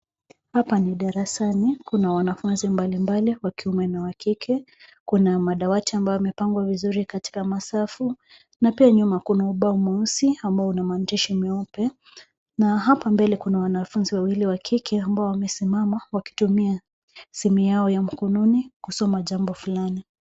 Hapa ni darasani, kuna wanafunzi mbalimbali wa kiume na wa kike. Kuna madawati ambayo yamepangwa vizuri katika masafu na pia nyuma kuna ubao mweusi ambao unamaandishi meupe na hapa mbele kuna wanafunzi wawili wa kike ambao wamesimama wakitumia simu yao ya mkononi kusoma jambo fulani.